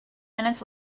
minutes